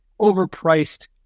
overpriced